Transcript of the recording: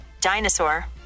dinosaur